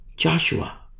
Joshua